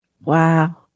Wow